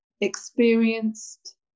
experienced